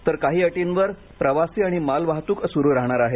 तर काहीअटींवर प्रवासी आणि मालवाहतूक सुरू राहणार आहे